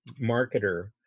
marketer